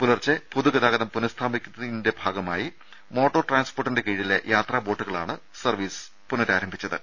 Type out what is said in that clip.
പുലർച്ചെ പൊതുഗതാഗതം പുനഃസ്ഥാപിക്കുന്നതിന്റെ ഭാഗമായി മോട്ടോർ ട്രാൻസ്പോർട്ടിന്റെ കീഴിലെ യാത്രാ ബോട്ടുകളാണ് സർവീസ് പുനരാരംഭിച്ചത്